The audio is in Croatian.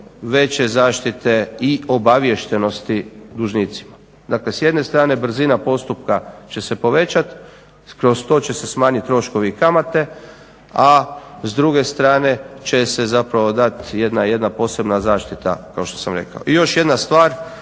veće zaštite i obaviještenosti dužnicima. Dakle, s jedne strane brzina postupka će se povećati, kroz to će se smanjiti troškovi i kamate, a s druge strane će se zapravo dati jedna posebna zaštita kao što sam rekao. I još jedna stvar,